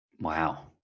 Wow